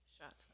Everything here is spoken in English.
Shots